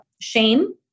shame